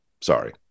sorry